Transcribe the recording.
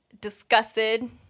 disgusted